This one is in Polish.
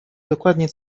dokładnie